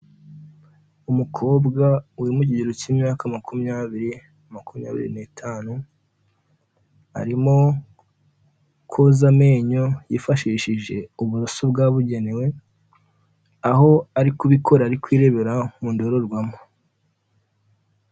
Umukobwa uri mu kigero cy'imyaka makumyabiri, makumyabiri n'itanu, arimo koza amenyo yifashishije uburuso bwabugenewe, aho ari kubikora ari kwirebera mu ndorerwamo.